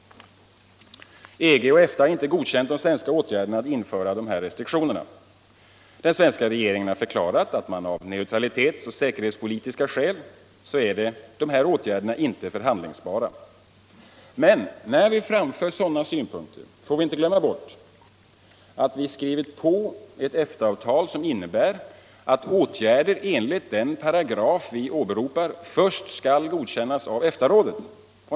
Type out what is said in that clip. EG och EFTA har inte godkänt de svenska åtgärderna att införa dessa restriktioner. Den svenska regeringen har förklarat att av neutralitetsoch säkerhetspolitiska skäl är dessa våra åtgärder inte förhandlingsbara. När vi framför sådana synpunkter får vi dock inte glömma bort att vi skrivit på ett EFTA-avtal som innebär att åtgärder enligt den avtalsparagraf vi åberopar först skall godkännas av EFTA-rådet.